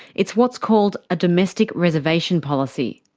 it's what's called a domestic reservation policy.